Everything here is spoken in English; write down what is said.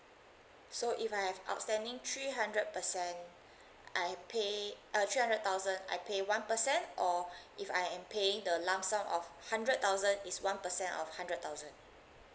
so if I have outstanding three hundred percent I pay uh three hundred thousand I pay one percent or if I am paying the lump sum of hundred thousand it's one percent of hundred thousand